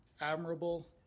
admirable